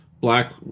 black